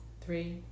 three